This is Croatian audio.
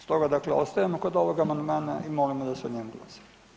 Stoga, dakle ostajemo kod ovog amandmana i molimo da se o njemu glasa.